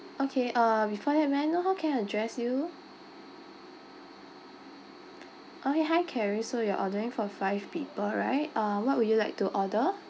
okay uh before that may I know how I can address you oh ya hi charis so you're ordering for five people right uh what would you like to order